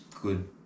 good